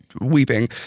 weeping